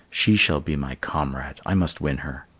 she shall be my comrade. i must win her.